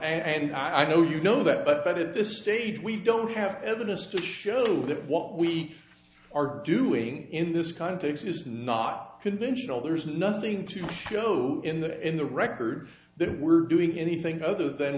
and i know you know that but at this stage we don't have evidence to show that what we are doing in this context is not conventional there's nothing to show in the in the record that we're doing anything other than